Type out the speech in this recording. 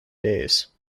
days